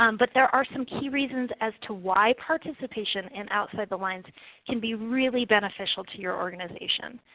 um but there are some key reasons as to why participation in outside the lines can be really beneficial to your organization.